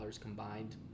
combined